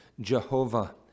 Jehovah